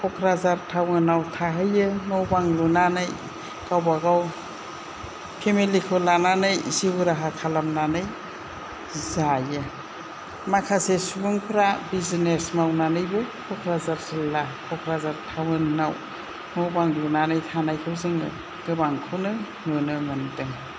क'क्राझार टाउनाव थाहैयो न' बां लुनानै गावबा गाव फेमिलिखौ लानानै जिउ राहा खालामनानै जायो माखासे सुबुंफ्रा बिजनेस मावनानैबो क'क्राझार जिल्ला क'क्राझार टाउनाव न' बां लुनानै थानायखौ जोङो गोबांखौनो नुनो मोन्दों